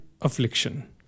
affliction